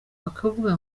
bakavuga